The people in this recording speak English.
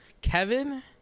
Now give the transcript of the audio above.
Kevin